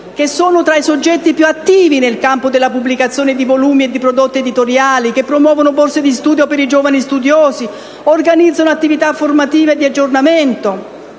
che sono tra i soggetti più attivi nel campo della pubblicazione di volumi e di prodotti editoriali, che promuovono borse di studio per giovani studiosi e organizzano attività formative e di aggiornamento,